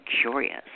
curious